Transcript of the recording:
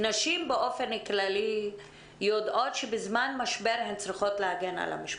נשים באופן כללי יודעות שבזמן משבר הן צריכות להגן על המשפחה.